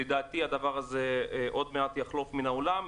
לדעתי הדבר הזה עוד מעט יחלוף מן העולם,